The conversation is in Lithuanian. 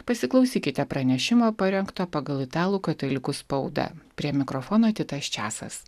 pasiklausykite pranešimo parengto pagal italų katalikų spaudą prie mikrofono titas česas